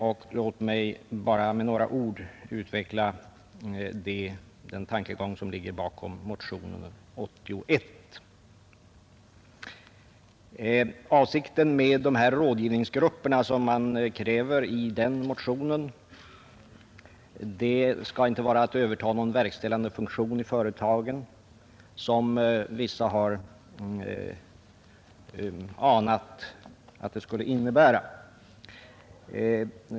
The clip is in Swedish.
Jag vill dock med några ord utveckla den tankegång som ligger bakom motionen 81. Avsikten med de rådgivningsgrupper, som man kräver i den motionen, är inte att de skall överta någon verkställande funktion i företagen, vilket någon har anat att de skulle göra.